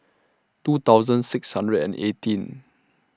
two thousand six hundred and eighteen